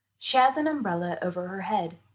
she has an umbrella over her head.